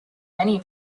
many